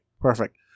perfect